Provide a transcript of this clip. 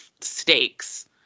stakes